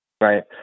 right